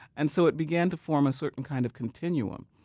and so it began to form a certain kind of continuum.